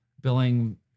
billing